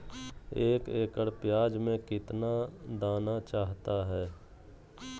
एक एकड़ प्याज में कितना दाना चाहता है?